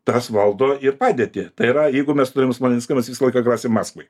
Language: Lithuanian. tas valdo ir padėtį tai yra jeigu mes turim smolenską mes visą laiką grasėm maskvai